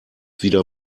wieder